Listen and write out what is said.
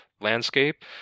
landscape